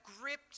gripped